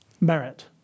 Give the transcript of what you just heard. merit